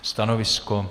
Stanovisko?